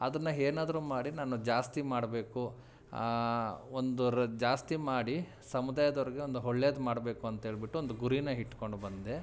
ಅದನ್ನು ಏನಾದ್ರು ಮಾಡಿ ನಾನು ಜಾಸ್ತಿ ಮಾಡಬೇಕು ಒಂದು ರ ಜಾಸ್ತಿ ಮಾಡಿ ಸಮುದಾಯದ ಅವ್ರಿಗೆ ಒಂದು ಒಳ್ಳೇದ್ ಮಾಡಬೇಕು ಅಂತೇಳಿಬಿಟ್ಟು ಒಂದು ಗುರಿನ ಇಟ್ಕೊಂಡು ಬಂದೆ